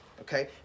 Okay